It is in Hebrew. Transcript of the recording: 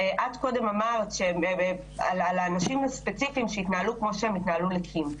את קודם אמרת על האנשים הספציפיים שהתנהגו כמו שהתנהגו עם קים.